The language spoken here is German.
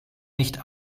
nicht